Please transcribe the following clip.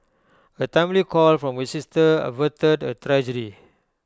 A timely call from her sister averted A tragedy